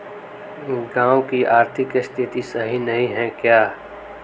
गाँव की आर्थिक स्थिति सही नहीं है?